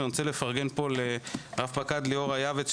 ואני רוצה לפרגן פה לרב פקד ליאורה יעבץ,